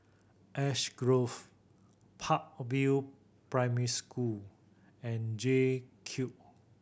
Ash Grove Park View Primary School and J Cube